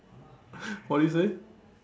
what did you say